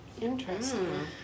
Interesting